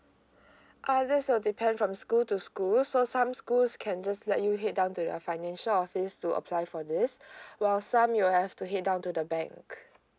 uh this will depend from school to school so some schools can just let you head down to their financial office to apply for this while some you will have to head down to the bank